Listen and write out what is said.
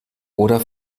oder